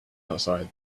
outside